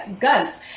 guns